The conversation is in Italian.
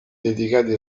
dedicati